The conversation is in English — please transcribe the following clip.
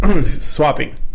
swapping